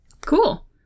Cool